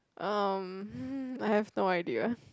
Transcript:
um I have no idea